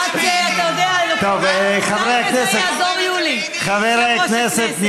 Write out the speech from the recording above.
אולי בזה יעזור יולי, יושב-ראש הכנסת.